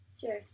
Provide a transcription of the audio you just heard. Sure